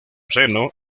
seno